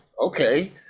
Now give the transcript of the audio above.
okay